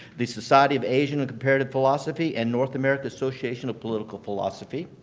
the society of asian and comparative philosophy and north america association of political philosophy.